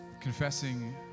confessing